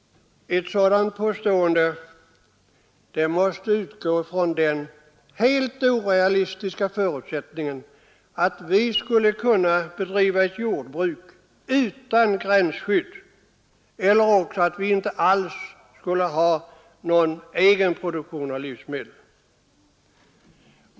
Ett sådant påstående måste utgå från den helt orealistiska förutsättningen att vi skulle kunna bedriva ett jordbruk utan gränsskydd eller också att vi inte alls skulle ha någon egen produktion av livsmedel.